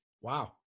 Wow